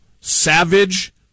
savage